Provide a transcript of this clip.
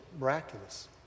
miraculous